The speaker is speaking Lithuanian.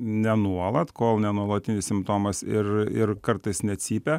ne nuolat kol nenuolatinis simptomas ir ir kartais necypia